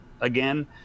again